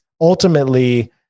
ultimately